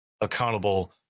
accountable